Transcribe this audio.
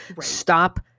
Stop